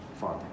Father